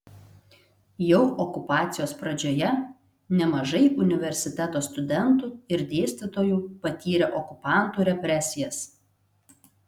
jau okupacijos pradžioje nemažai universiteto studentų ir dėstytojų patyrė okupantų represijas